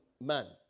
man